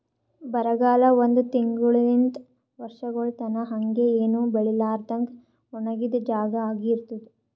ಬರಗಾಲ ಒಂದ್ ತಿಂಗುಳಲಿಂತ್ ವರ್ಷಗೊಳ್ ತನಾ ಹಂಗೆ ಏನು ಬೆಳಿಲಾರದಂಗ್ ಒಣಗಿದ್ ಜಾಗಾ ಆಗಿ ಇರ್ತುದ್